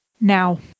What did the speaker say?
Now